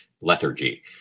lethargy